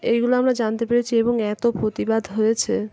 এইগুলো আমরা জানতে পেরেছি এবং এত প্রতিবাদ হয়েছে